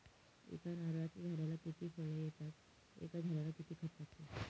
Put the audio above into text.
एका नारळाच्या झाडाला किती फळ येतात? एका झाडाला किती खत लागते?